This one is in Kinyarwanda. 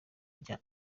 bya